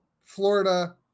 Florida